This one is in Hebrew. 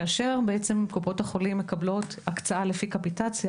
כאשר קופות החולים מקבלות הקצאה לפי קפיטציה,